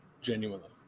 genuinely